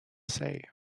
say